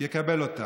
יקבל אותה: